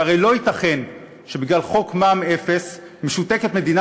שהרי לא ייתכן שבגלל חוק מע"מ אפס משותקת מדינה